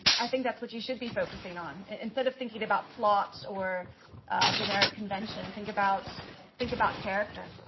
i think that's what you should be focusing on instead of thinking about plots or generic convention, think about think about character.